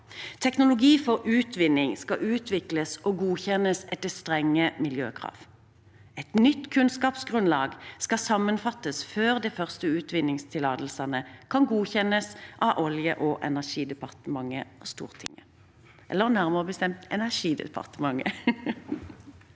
Teknologi for utvinning skal utvikles og godkjennes etter strenge miljøkrav. Et nytt kunnskapsgrunnlag skal sammenfattes før de første utvinningstillatelsene kan godkjennes av Energidepartementet og Stortinget. Dette skal sikre et